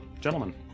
gentlemen